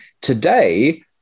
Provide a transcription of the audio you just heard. Today